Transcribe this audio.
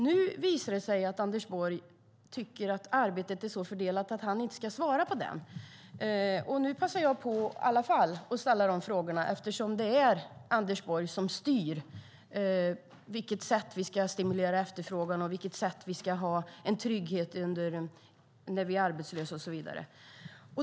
Nu visar det sig att Anders Borg tycker att arbetet är så fördelat att han inte ska svara på denna interpellation. Jag passar nu på att ställa dessa frågor i alla fall, eftersom det är Anders Borg som styr på vilket sätt vi ska stimulera efterfrågan och på vilket sätt vi ska ha en trygghet när vi blir arbetslösa och så vidare.